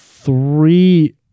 three